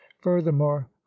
furthermore